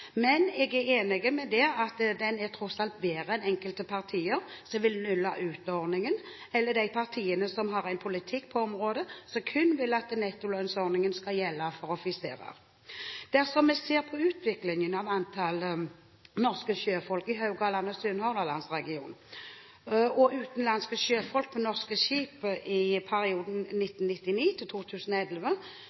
Men jeg er enig i at den tross alt er bedre enn politikken til enkelte partier som vil nulle ut ordningen – eller de partiene som har en politikk på området der de kun vil at nettolønnsordningen skal gjelde for offiserer. Dersom vi ser på utviklingen i Haugaland/Sunnhordlandregionen når det gjelder antall norske sjøfolk og antall utenlandske sjøfolk på norske skip i perioden